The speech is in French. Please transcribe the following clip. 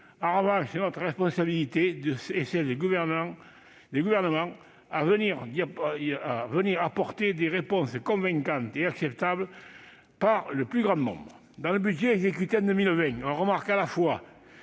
En revanche, c'est notre responsabilité et celle des gouvernements à venir d'y apporter des réponses convaincantes et acceptables par le plus grand nombre. Dans le budget exécuté en 2020, on constate à la fois